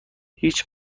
هیچ